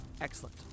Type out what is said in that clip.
Excellent